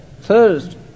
thirst